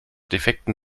defekten